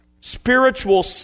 spiritual